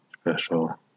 special